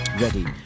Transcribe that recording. Ready